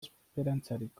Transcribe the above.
esperantzarik